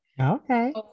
Okay